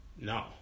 No